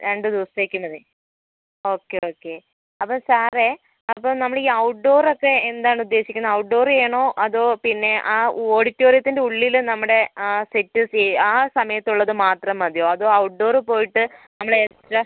രണ്ട് ദിവസത്തേക്ക് മതി ഓക്കേ ഓക്കേ അപ്പോൾ സാറേ അപ്പം നമ്മൾ ഈ ഔട്ട്ഡോർ ഒക്കേ എന്താണ് ഉദ്ദേശിക്കുന്നത് ഔട്ട്ഡോറ് ചെയ്യണോ അതോ പിന്നെ ആ ഓഡിറ്റോറിയത്തിൻ്റെ ഉള്ളിൽ നമ്മുടെ ആ സെറ്റ് ഒക്കേ ആ സമയത്തുള്ളത് മാത്രം മതിയോ അതോ ഔട്ട്ഡോറ് പോയിട്ട് നമ്മൾ എക്സ്ട്രാ